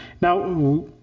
Now